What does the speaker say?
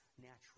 natural